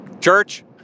Church